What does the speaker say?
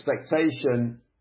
expectation